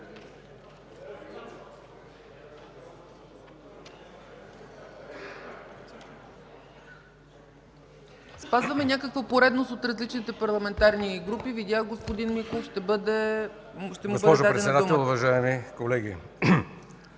Спазваме някаква поредност – от различните парламентарни групи. Видях господин Михов. Ще му бъде дадена думата.